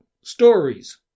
stories